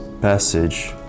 passage